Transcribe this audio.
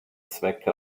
zwecke